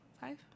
five